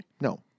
No